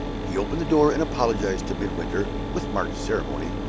he opened the door, and apologized to midwinter, with marked ceremony,